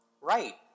Right